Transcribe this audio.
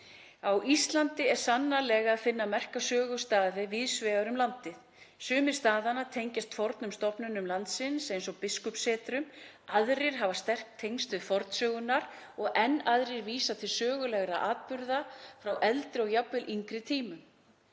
Á Íslandi er sannarlega að finna merka sögustaði víðs vegar um landið. Sumir staðanna tengjast fornum stofnunum landsins, eins og biskupssetrunum, aðrir hafa sterk tengsl við fornsögurnar og enn aðrir vísa til sögulegra atburða frá eldri og jafnvel yngri tímum.